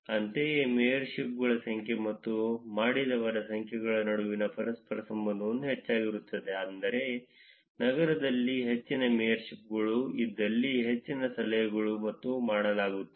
ಅಂತೆಯೇ ಮೇಯರ್ಶಿಪ್ಗಳ ಸಂಖ್ಯೆ ಮತ್ತು ಮಾಡಿದವರ ಸಂಖ್ಯೆಗಳ ನಡುವೆ ಪರಸ್ಪರ ಸಂಬಂಧವು ಹೆಚ್ಚಾಗಿರುತ್ತದೆ ಅಂದರೆ ನಗರದಲ್ಲಿ ಹೆಚ್ಚಿನ ಮೇಯರ್ಶಿಪ್ಗಳು ಇದ್ದಲ್ಲಿ ಹೆಚ್ಚಿನ ಸಲಹೆಗಳು ಮತ್ತು ಮಾಡಲಾಗುತ್ತದೆ